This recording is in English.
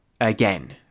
again